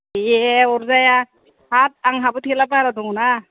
दे अरजाया हाब आंहाबो थेला बारहा दङ ना